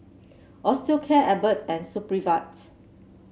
Osteocare Abbott and Supravit